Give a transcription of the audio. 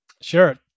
Sure